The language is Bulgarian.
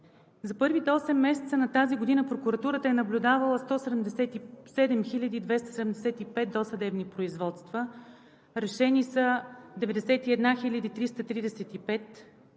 За първите осем месеца на тази година прокуратурата е наблюдавала 177 275 досъдебни производства; решени са 91 335;